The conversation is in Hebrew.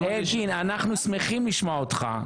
אלקין, אנחנו שמחים לשמוע אותך.